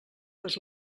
les